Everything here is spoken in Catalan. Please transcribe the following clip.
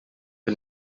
que